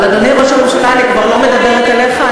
אבל, אדוני ראש הממשלה, אני כבר לא מדברת עליך.